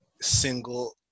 single